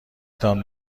تان